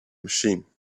machine